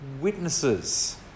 witnesses